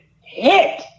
hit